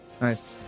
nice